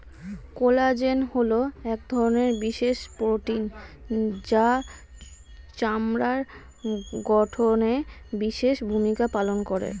collagen হলো এক ধরনের বিশেষ প্রোটিন যা চামড়ার গঠনে বিশেষ ভূমিকা পালন করে